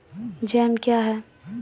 Jam क्या हैं?